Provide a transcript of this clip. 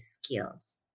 skills